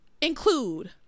include